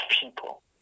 people